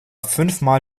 fünfmal